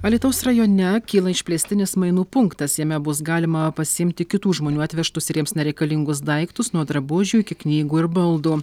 alytaus rajone kyla išplėstinis mainų punktas jame bus galima pasiimti kitų žmonių atvežtus ir jiems nereikalingus daiktus nuo drabužių iki knygų ir baldų